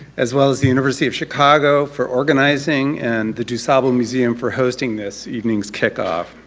as well as, the university of chicago for organizing, and the dusable museum for hosting this evenings kickoff.